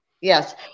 Yes